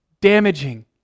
damaging